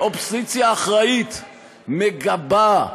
אופוזיציה אחראית מגבה,